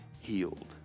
healed